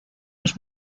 los